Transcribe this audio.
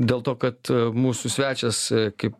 dėl to kad mūsų svečias kaip